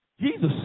Jesus